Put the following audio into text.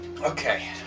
okay